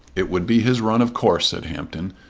it would be his run of course, said hampton,